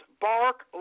Bark